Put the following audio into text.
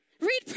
Read